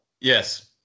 Yes